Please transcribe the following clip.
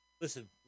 listen